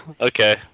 Okay